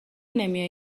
نمیایی